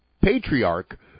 patriarch